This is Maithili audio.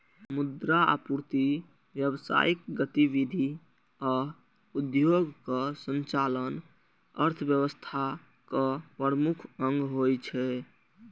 मुद्रा आपूर्ति, व्यावसायिक गतिविधि आ उद्योगक संचालन अर्थव्यवस्थाक प्रमुख अंग होइ छै